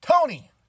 Tony